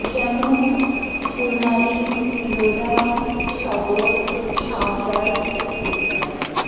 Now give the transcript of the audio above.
যেমন কুড়মালি লোধা শবর সাঁওতাল ইত্যাদি